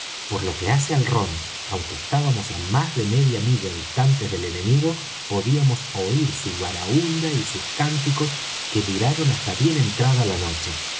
por lo que hace al rom aunque estábamos á más de media milla distantes del enemigo podíamos oir su barahunda y sus cánticos que duraron hasta bien entrada la noche